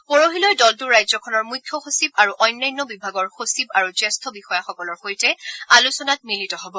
পৰহিলৈ দলটো ৰাজ্যখনৰ মুখ্য সচিব আৰু অন্যান্য বিভাগৰ সচিব আৰু জ্যেষ্ঠ বিষয়াসকলৰ সৈতে আলোচনাত মিলিত হ'ব